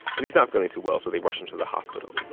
and he's not feeling too well, so they rush him to the hospital.